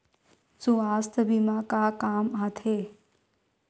सुवास्थ बीमा का काम आ थे?